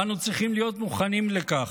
ואנו צריכים להיות מוכנים לכך,